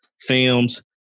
Films